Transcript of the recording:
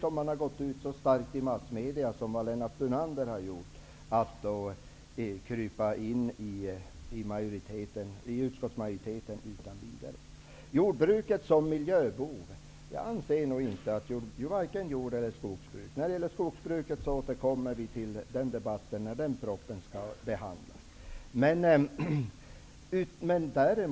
Om man har gått ut i massmedia så starkt som Lennart Brunander har gjort, är det klart att det kan vara jobbigt att utan vidare krypa in i utskottsmajoriteten. Jag anser inte att vare sig jordbruk eller skogsbruk är någon miljöbov. När det gäller skogsbruket återkommer vi till den debatten när propositionen om skogsbruket skall behandlas.